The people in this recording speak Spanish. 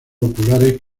oculares